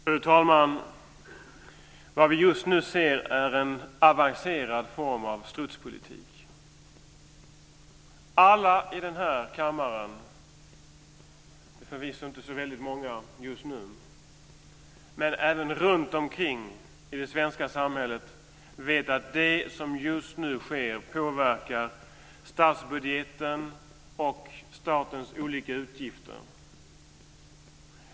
Fru talman! Vad vi just nu ser är en avancerad form av strutspolitik. Alla i den här kammaren - förvisso inte så många just nu - och även runtomkring i det svenska samhället vet att det som just nu sker påverkar statsbudgeten och statens olika utgifter.